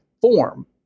form